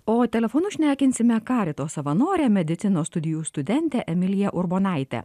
o telefonu šnekinsime karito savanorę medicinos studijų studentę emiliją urbonaitę